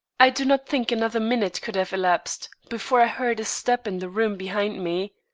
i do not think another minute could have elapsed, before i heard a step in the room behind me.